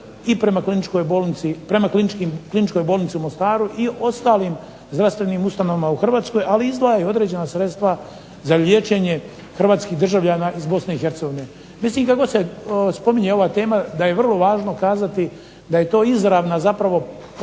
i prema kliničkoj bolnici u Mostaru i ostalim zdravstvenim ustanovama u Hrvatskoj, ali i izdvaja i određena sredstva za liječenje hrvatskih državljana iz Bosne i Hercegovine. Mislim kad god se spominje ova tema, da je vrlo važno kazati da je to izravna zapravo